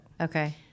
Okay